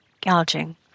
gouging